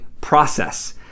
process